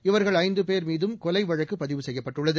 இவர்கள் ஐந்து பேர் மீதும் கொலை வழக்கு பதிவு செய்யப்பட்டுள்ளது